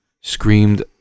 screamed